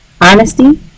honesty